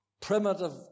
primitive